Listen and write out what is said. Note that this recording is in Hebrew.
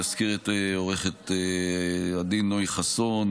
נזכיר את עו"ד נוי חסון,